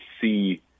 see